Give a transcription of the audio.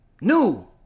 new